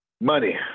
Money